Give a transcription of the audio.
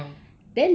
mm